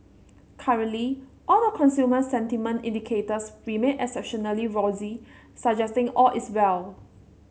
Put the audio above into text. currently all the consumer sentiment indicators remain exceptionally rosy suggesting all is well